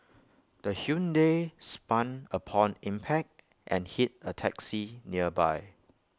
the Hyundai spun upon impact and hit A taxi nearby